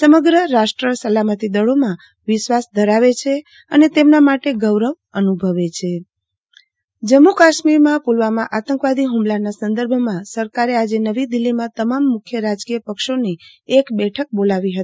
સમગ્ર રાષ્ટ્ર સલામતી દળોમાં વિશ્વાસ ધરાવે છે અને તેમના માટે ગોરવ અનુભવે છે ગુહમંત્રી રાજનાથસિંહ જમ્મુ કાશ્મિરમાં પુલવામા આતંકવાદી હુમલાના સંદર્ભમાં સરકારે આજે નવી દિલ્હીમાં તમામ મુખ્ય રાજકીય પક્ષોની એક બેઠક બોલાવી હતી